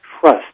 trust